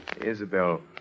Isabel